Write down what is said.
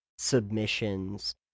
submissions